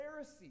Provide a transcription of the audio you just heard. Pharisee